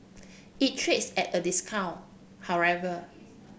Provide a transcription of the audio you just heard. it trades at a discount however